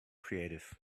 creative